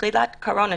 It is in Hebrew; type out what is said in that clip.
בתחילת הקורונה,